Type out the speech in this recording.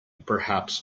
perhaps